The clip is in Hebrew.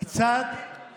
שהצעת החוק הזו תקציבית,